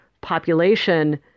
population